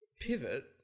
Pivot